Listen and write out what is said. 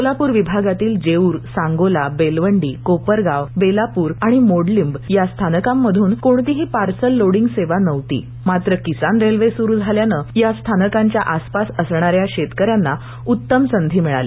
सोलापूर विभागातील जेऊर सांगोला बेलवंडी कोपरगाव बेलापूर आणि मोडलिंब या स्थानकांमधून कोणतीही पार्सल लोडिंग सेवा नव्हती मात्र किसान रेल्वे सुरू झाल्याने या स्थानकाच्या आसपास असणा या शेतक यांना उत्तम संधी मिळाली